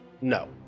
No